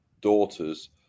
daughters